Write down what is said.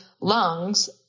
lungs